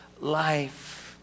life